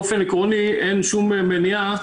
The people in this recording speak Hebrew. באופן עקרוני אין שום מניעה,